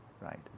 right